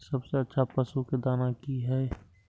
सबसे अच्छा पशु के दाना की हय?